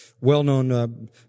well-known